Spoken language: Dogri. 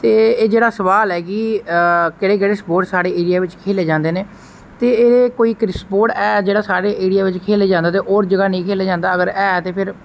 ऐ जेहडा सबाल है कि केहडे़ केहडे़ स्पोर्टस साढ़े ऐरिया बिच खेले जंदे ना ते ओहदे कोई केहडे स्पोर्ट ऐ जेहड़ा सारे ऐरिया च खेलया जंदा ते होर कुतै नेई खेलेआ जंदा अगर है ते फिर